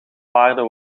paarden